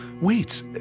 Wait